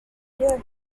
bear